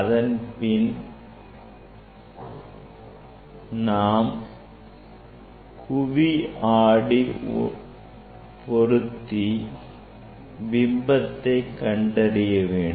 அதன்பின் நான் குவி ஆடி பொருத்தி பிம்பத்தை கண்டறிய வேண்டும்